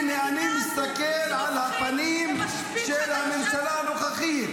הינה, אני מסתכל על הפנים של הממשלה הנוכחית.